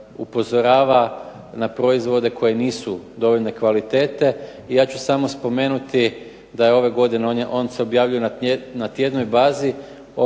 upozorava na proizvode koji nisu dovoljne kvalitete. Ja ću samo spomenuti da je ove godine, on se objavljuje na tjednoj bazi.